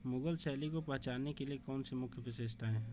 मुगल शैली को पहचानने के लिए कौन सी मुख्य विशेषताएँ हैं